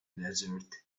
desert